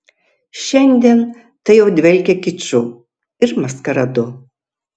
šiandien tai jau dvelkia kiču ir maskaradu